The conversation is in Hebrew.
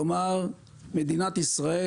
כלומר, מדינת ישראל